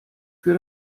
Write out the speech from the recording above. für